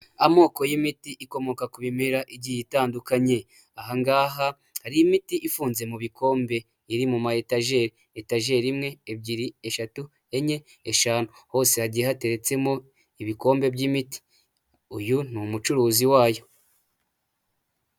Amoko y'imiti ikomoka ku bimera igiye itandukanye, ahangaha hari imiti ifunze mu bikombe iri mu maetajeri, itageri imwe, ebyiri, eshatu, enye, eshanu, hose hagiye hateretsemo ibikombe by'imiti, uyu ni umucuruzi wayo.